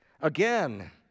Again